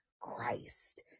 Christ